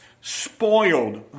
spoiled